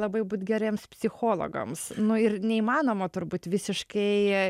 labai būt geriems psichologams nu ir neįmanoma turbūt visiškai